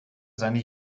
seine